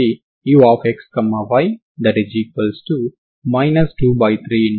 కాబట్టి విలువ 0 అవ్వాలి